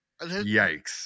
yikes